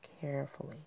carefully